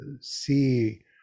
see